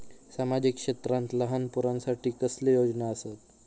सामाजिक क्षेत्रांत लहान पोरानसाठी कसले योजना आसत?